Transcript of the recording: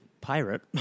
pirate